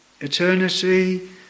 Eternity